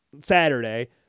Saturday